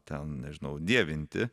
ten nežinau dievinti